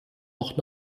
noch